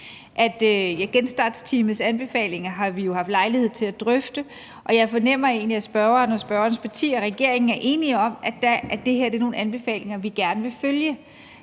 Genstartsteamets anbefalinger har vi jo haft lejlighed til at drøfte, og jeg fornemmer egentlig, at spørgeren og spørgerens parti og regeringen er enige om, at det her er nogle anbefalinger, vi gerne vil følge.